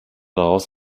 daraus